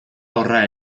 horra